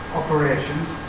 operations